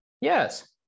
Yes